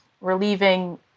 relieving